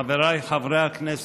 חבריי חברי הכנסת,